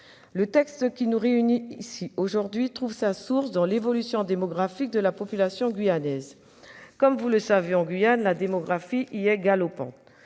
Le texte qui nous réunit ici aujourd'hui trouve sa source dans l'évolution démographique de la population guyanaise. Comme vous le savez, en Guyane, la démographie est galopante.